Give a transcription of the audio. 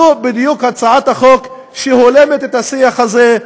זו בדיוק הצעת החוק שהולמת את השיח הזה,